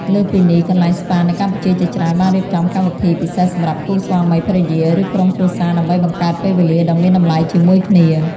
លើសពីនេះ កន្លែងស្ប៉ានៅកម្ពុជាជាច្រើនបានរៀបចំកម្មវិធីពិសេសសម្រាប់គូស្វាមីភរិយា ឬក្រុមគ្រួសារដើម្បីបង្កើតពេលវេលាដ៏មានតម្លៃជាមួយគ្នា។